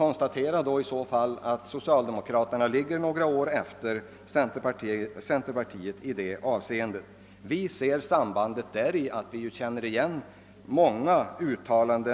Men jag måste då konstatera att socialdemokraterna ligger några år efter centerpartiet. Vi ser sambandet, eftersom